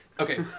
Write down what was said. Okay